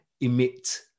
emit